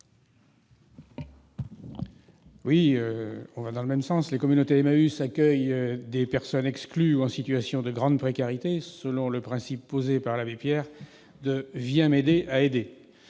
n° 621 rectifié. Les communautés Emmaüs accueillent des personnes exclues ou en situation de grande précarité, selon le principe posé par l'abbé Pierre « Viens m'aider à aider ».